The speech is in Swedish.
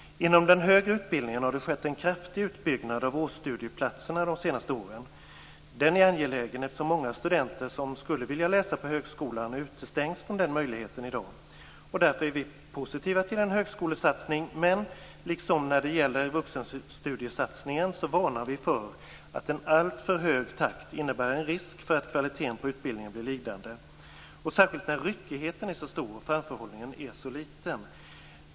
Inom den högre utbildningen har det skett en kraftig utbyggnad av årsstudieplatserna de senaste åren. Den är angelägen eftersom många studenter som skulle vilja läsa på högskolan utestängs från den möjligheten i dag. Därför är vi positiva till en högskolesatsning, men liksom när det gäller vuxenstudiesatsningen varnar vi för att en alltför hög takt innebär en risk för att kvaliteten på utbildningen blir lidande, särskilt när ryckigheten är så stor och framförhållningen så liten.